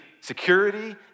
security